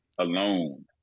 Alone